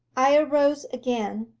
i arose again,